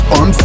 on